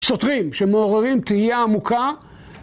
שוטרים שמעוררים תהייה עמוקה